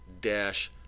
dash